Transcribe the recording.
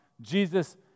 Jesus